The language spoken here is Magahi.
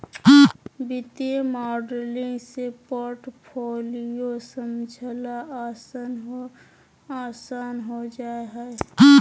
वित्तीय मॉडलिंग से पोर्टफोलियो समझला आसान हो जा हय